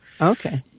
Okay